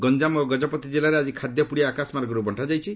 ଗଞ୍ଜାମ ଓ ଗଜପତି ଜିଲ୍ଲାରେ ଆକି ଖାଦ୍ୟ ପୁଡ଼ିଆ ଆକାଶମାର୍ଗରୁ ବଣ୍ଟାଯାଇଛି